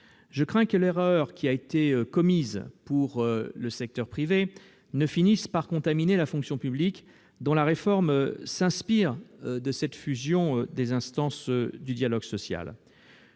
Je crains que l'erreur qui a été commise à l'égard du secteur privé ne finisse par contaminer la fonction publique, dont la réforme s'inspire de cette fusion des instances du dialogue social.